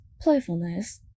playfulness